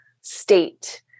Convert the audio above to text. state